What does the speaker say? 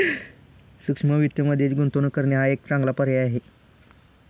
सूक्ष्म वित्तमध्ये गुंतवणूक करणे हा एक चांगला पर्याय आहे